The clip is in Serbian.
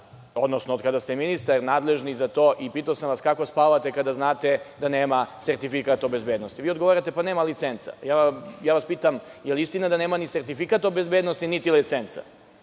odnosno od kada ste ministar, nadležni za to, i pitao sam vas za to kako spavate kada znate da nema sertifikat o bezbednosti. Vi odgovarate, pa nema licenca. Pitam vas, jel istina da nema ni sertifikat o bezbednosti niti licenca?